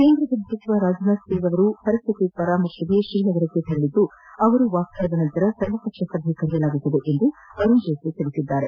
ಕೇಂದ್ರ ಗೃಪ ಸಚಿವ ರಾಜನಾಥ್ ಸಿಂಗ್ ವರಿಸ್ಥಿತಿ ಪರಿಶೀಲನೆಗೆ ಶ್ರೀನಗರಕ್ಕೆ ತೆಂಳಿದ್ದು ಅವರು ಹಿಂದಿರುಗಿದ ನಂತರ ಸರ್ವ ಪಕ್ಷ ಸಭೆ ಕರೆಯಲಾಗುವುದು ಎಂದು ಅರುಣ್ ಜೇಟ್ಲಿ ತಿಳಿಸಿದರು